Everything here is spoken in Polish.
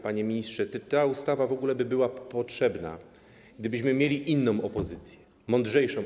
Panie ministrze, czy ta ustawa w ogóle by była potrzebna, gdybyśmy mieli inną opozycję, mądrzejszą?